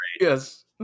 yes